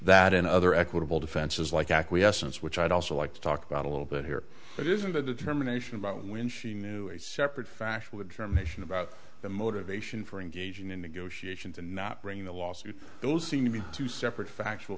that in other equitable defenses like acquiescence which i'd also like to talk about a little bit here but isn't the determination about when she knew a separate factual information about the motivation for engaging in negotiations and not bringing the lawsuit those seem to be two separate factual